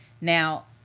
Now